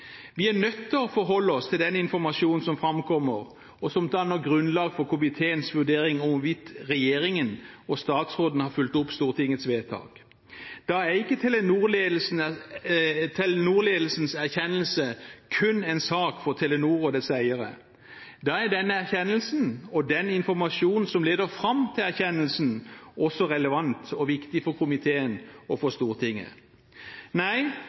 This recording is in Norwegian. Vi er nødt til å forholde oss til den informasjonen som framkommer, og som danner grunnlag for komiteens vurdering om hvorvidt regjeringen og statsråden har fulgt opp Stortingets vedtak. Da er ikke Telenor-ledelsens erkjennelse kun en sak for Telenor og eierne. Da er erkjennelsen og den informasjonen som leder fram til erkjennelsen, også relevant og viktig for komiteen og